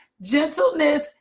Gentleness